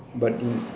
but in